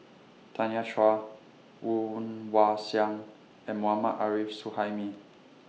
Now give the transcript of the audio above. Tanya Chua Woon Wah Siang and Mohammad Arif Suhaimi